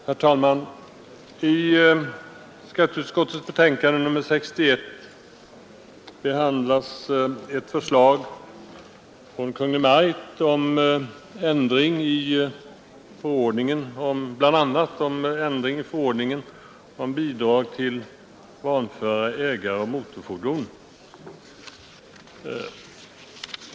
Herr talman! I skatteutskottets betänkande nr 61 behandlas ett förslag från Kungl. Maj:t, bl.a. om ändring i förordningen om bidrag till vanföra ägare av motorfordon.